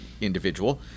individual